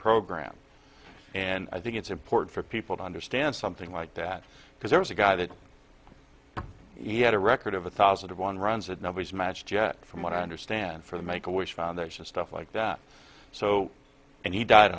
program and i think it's important for people to understand something like that because there was a guy that he had a record of a thousand of one runs and nobody's matched yet from what i understand from the make a wish foundation stuff like that so and he died